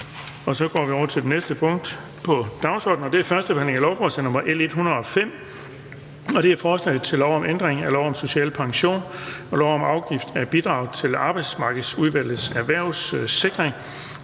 Det er vedtaget. --- Det næste punkt på dagsordenen er: 25) 1. behandling af lovforslag nr. L 105: Forslag til lov om ændring af lov om social pension og lov om afgift af bidraget til Arbejdsmarkedets Erhvervssikring